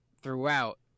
throughout